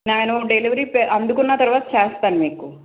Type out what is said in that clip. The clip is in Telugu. నేను డెలివరీ అందుకున్న తరువాత చేస్తాను మీకు